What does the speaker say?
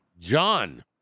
John